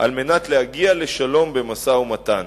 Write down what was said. על מנת להגיע לשלום במשא-ומתן.